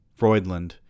Freudland